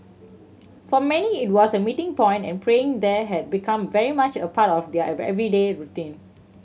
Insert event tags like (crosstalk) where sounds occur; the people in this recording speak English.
for many it was a meeting point and praying there had become very much a part of their (unintelligible) everyday routine